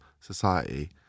society